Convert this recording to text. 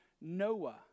Noah